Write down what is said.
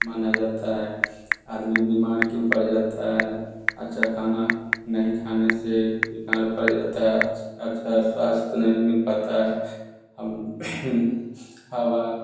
माना जाता है आदमी बीमार क्यों पड़ जाता है अच्छा खाना नहीं खाने से बीमार पड़ जाता है अच्छा स्वास्थ्य नहीं मिल पाता है हम हवा